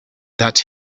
that